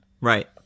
Right